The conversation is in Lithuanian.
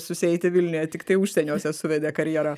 susieiti vilniuje tiktai užsieniuose suvedė karjera